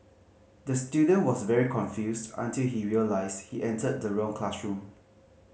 the student was very confused until he realised he entered the wrong classroom